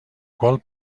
qual